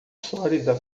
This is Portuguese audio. sólida